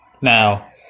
Now